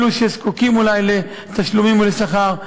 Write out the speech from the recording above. אלו שזקוקים אולי לתשלומים ולשכר.